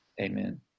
Amen